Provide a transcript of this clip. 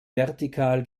vertikal